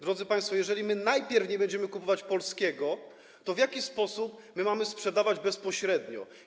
Drodzy państwo, jeżeli my najpierw nie będziemy kupować tego, co polskie, to w jaki sposób mamy sprzedawać bezpośrednio?